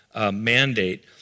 mandate